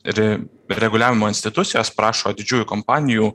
ri reguliavimo institucijos prašo didžiųjų kompanijų